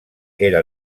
era